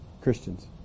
Christians